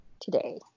today